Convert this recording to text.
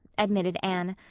admitted anne.